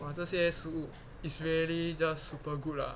哇这些食物 is really just super good lah